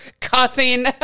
cussing